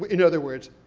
but in other words,